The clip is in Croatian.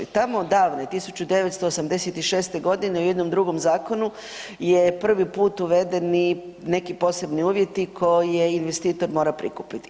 Tamo davne 1986. godine u jednom drugom zakonu je prvi put uvedeni neki posebni uvjeti koje investitor mora prikupiti.